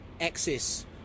access